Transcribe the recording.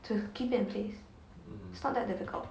to keep in place it's not that difficult